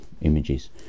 images